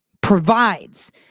provides